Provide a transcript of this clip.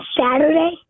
Saturday